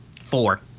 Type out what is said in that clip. Four